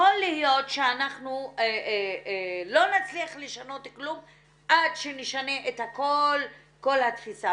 יכול להיות שאנחנו לא נצליח לשנות כלום עד שנשנה את כל התפיסה,